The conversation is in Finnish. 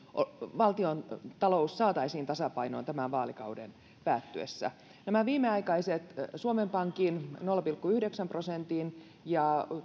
valtiontalous saataisiin tasapainoon tämän vaalikauden päättyessä nämä viimeaikaiset suomen pankin nolla pilkku yhdeksän prosentin ja